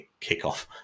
kickoff